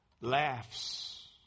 laughs